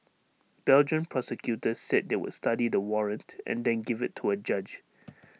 Belgian prosecutors said they would study the warrant and then give IT to A judge